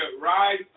rise